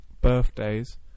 birthdays